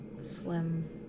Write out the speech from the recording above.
slim